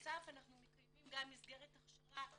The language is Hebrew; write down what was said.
בנוסף אנחנו מקיימים מסגרת הכשרה